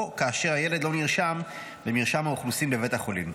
או כאשר הילד לא נרשם במרשם האוכלוסין בבית החולים.